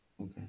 Okay